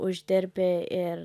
uždirbi ir